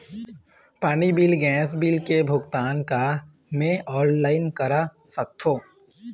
पानी बिल गैस बिल के भुगतान का मैं ऑनलाइन करा सकथों?